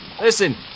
Listen